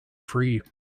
free